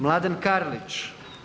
Mladen Karlić.